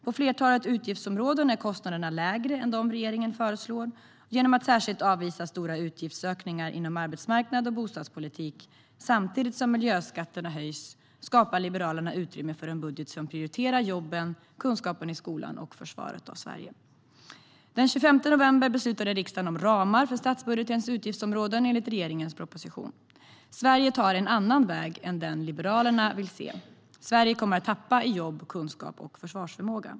På flertalet utgiftsområden är kostnaderna lägre än dem som regeringen föreslår genom att vi särskilt avvisar stora utgiftsökningar inom arbetsmarknad och bostadspolitik. Samtidigt som miljöskatterna höjs skapar Liberalerna utrymme för en budget som prioriterar jobben, kunskapen i skolan och försvaret av Sverige. Den 25 november beslutade riksdagen om ramar för statsbudgetens utgiftsområden enligt regeringens proposition. Sverige tar en annan väg än den som Liberalerna vill se. Sverige kommer att tappa i jobb, kunskap och försvarsförmåga.